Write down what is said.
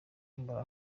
mbura